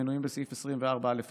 המנויים בסעיף 24(א)(1),